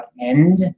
end